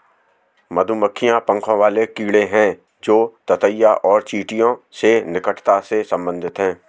मधुमक्खियां पंखों वाले कीड़े हैं जो ततैया और चींटियों से निकटता से संबंधित हैं